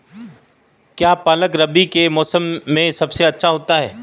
क्या पालक रबी के मौसम में सबसे अच्छा आता है?